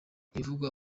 ibivugwa